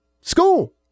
school